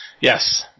Yes